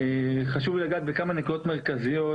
חשוב לי לגעת בכמה נקודות מרכזיות.